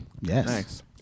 Yes